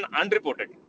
unreported